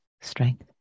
strength